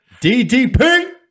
DDP